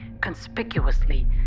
conspicuously